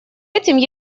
этим